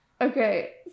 Okay